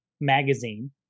magazine